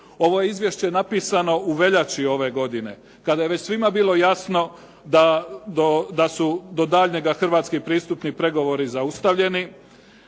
Ovo je izvješće napisano u veljači ove godine kada je već svima bilo jasno da su do daljnjega hrvatski pristupni pregovori zaustavljeni